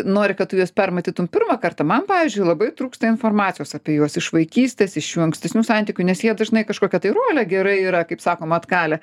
nori kad tu juos per matytum pirmą kartą man pavyzdžiui labai trūksta informacijos apie juos iš vaikystės iš jų ankstesnių santykių nes jie dažnai kažkokią tai rolę gerai yra kaip sakoma atkalę